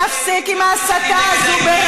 להפסיק עם ההסתה הזאת,